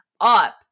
up